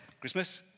Christmas